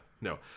no